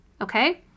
Okay